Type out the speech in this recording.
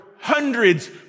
hundreds